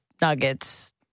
Nuggets